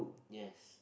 yes